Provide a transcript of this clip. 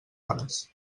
hores